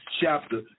chapter